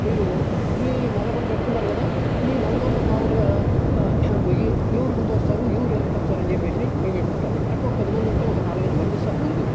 మీరు మీ నలగర్ని పెడ్తున్నారు కదా ఈ నలగరిలో మాములుగా పొయ్యి ఎవరు మూడొస్తారు ఎవరు ఎనక వస్తారని చెప్పేసని పెట్టుకుంటాం అంటే పది మంది ఉంటే ఒక నలగరిని పంపిస్తారు ముందు